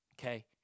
Okay